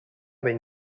ben